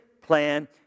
plan